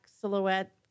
silhouette